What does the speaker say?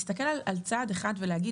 אבל אי אפשר להסתכל על צעד אחד ולהגיד